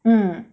mm